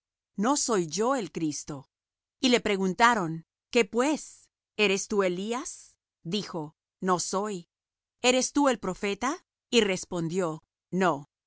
no soy yo el cristo y le preguntaron qué pues eres tú elías dijo no soy eres tú el profeta y respondió no